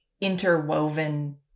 interwoven